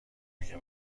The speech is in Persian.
میگه